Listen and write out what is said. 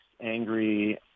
angry